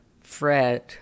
Fred